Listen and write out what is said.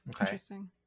Interesting